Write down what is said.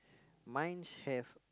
mines have